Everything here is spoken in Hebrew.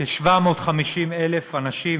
כ-720,000 אנשים